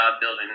building